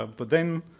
ah but then,